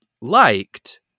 liked